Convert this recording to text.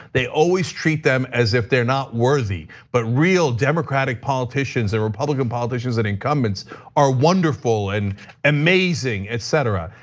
they always treat them as if they're not worthy, but real democratic politicians, the republican politicians, and incumbents are wonderful and amazing, etc.